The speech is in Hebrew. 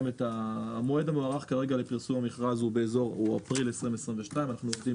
המועד המוערך כרגע לפרסום המכרז הוא אפריל 2022. אנחנו עובדים